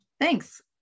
Thanks